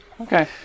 Okay